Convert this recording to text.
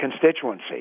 constituency